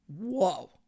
Whoa